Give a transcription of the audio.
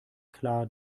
klar